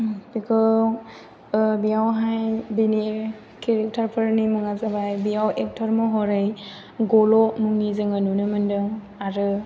बेखौ बेयावहाय बिनि केरेक्टारफोरनि मुङा जाबाय बेयाव एक्ट'र महरै गल' मुंनि जोङो नुनो मोनदों आरो